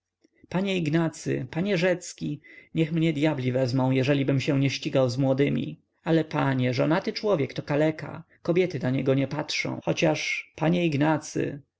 panie ignacy panie rzecki niech mnie dyabli wezmą jeżelibym się nie ścigał z młodymi ale panie żonaty człowiek to kaleka kobiety na niego nie patrzą chociaż panie ignacy